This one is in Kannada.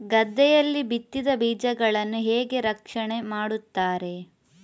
ಗದ್ದೆಯಲ್ಲಿ ಬಿತ್ತಿದ ಬೀಜಗಳನ್ನು ಹೇಗೆ ರಕ್ಷಣೆ ಮಾಡುತ್ತಾರೆ?